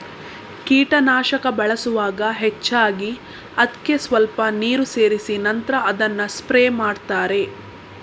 ಕೀಟನಾಶಕ ಬಳಸುವಾಗ ಹೆಚ್ಚಾಗಿ ಅದ್ಕೆ ಸ್ವಲ್ಪ ನೀರು ಸೇರಿಸಿ ನಂತ್ರ ಅದನ್ನ ಸ್ಪ್ರೇ ಮಾಡ್ತಾರೆ